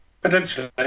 Potentially